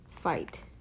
fight